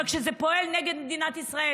אבל כשזה פועל נגד מדינת ישראל